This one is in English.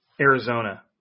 Arizona